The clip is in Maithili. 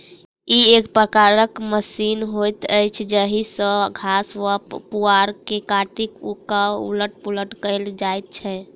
ई एक प्रकारक मशीन होइत अछि जाहि सॅ घास वा पुआर के काटि क उलट पुलट कयल जाइत छै